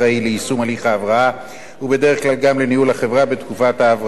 ליישום הליך ההבראה ובדרך כלל גם לניהול החברה בתקופת ההבראה.